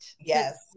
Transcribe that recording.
Yes